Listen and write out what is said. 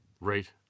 Right